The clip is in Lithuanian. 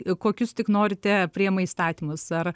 kokius tik norite priima įstatymus ar